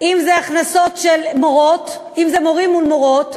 אם זה הכנסות של מורות, אם זה מורים מול מורות,